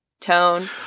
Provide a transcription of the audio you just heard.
Tone